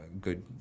good